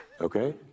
Okay